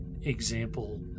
example